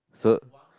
so